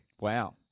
Wow